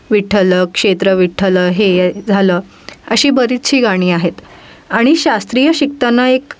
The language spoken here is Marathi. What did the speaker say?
विठ्ठल क्षेत्र विठ्ठल हे झालं अशी बरीचशी गाणी आहेत आणि शास्त्रीय शिकताना एक